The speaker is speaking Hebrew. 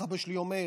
איך אבא שלי אומר?